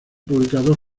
publicados